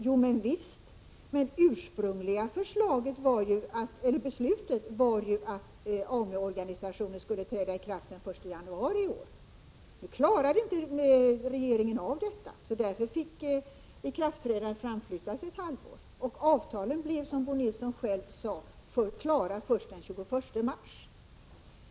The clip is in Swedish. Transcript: Javisst, det ursprungliga beslutet gick ju ut på att AMU organisationen skulle träda i kraft redan den 1 januari i år. Men det klarade inte regeringen av. Därför fick ikraftträdandet flyttas ett halvår. Avtalen blev, som Bo Nilsson själv sade, klara först den 21 mars.